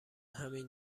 همین